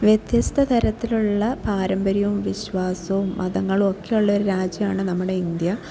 വ്യത്യസ്ത തരത്തിലുള്ള പാരമ്പര്യവും വിശ്വാസവും മതങ്ങളൊക്കെയൊള്ളൊരു രാജ്യമാണ് നമ്മുടെ ഇന്ത്യ